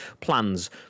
plans